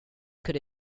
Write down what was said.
could